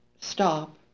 stop